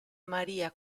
maria